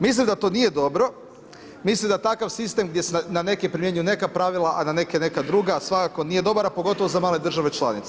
Mislim da to nije dobro, mislim da takav sistem gdje se na neke primjenjuju neka pravila, a na neke neka druga svakako nije dobar, a pogotovo za male države članice.